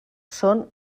són